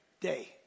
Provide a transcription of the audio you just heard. day